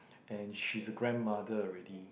and she's a grandmother already